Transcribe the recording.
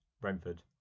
brentford